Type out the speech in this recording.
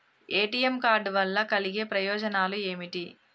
ATM card వల్ల కలిగే ప్రయోజనాలు ఏమిటి?